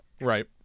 Right